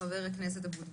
חבר הכנסת אבוטבול.